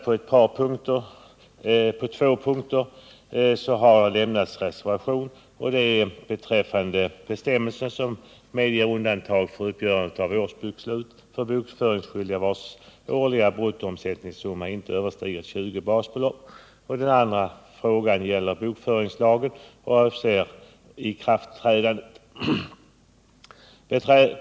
Reservation har endast lämnats på två punkter. Det är beträffande bestämmelser som medger undantag för uppgörandet av årsbokslut för bokföringsskyldiga vars årliga bruttoomsättningssumma inte överstiger 20 basbelopp, och det är beträffande ikraftträdandet av bokföringslagen.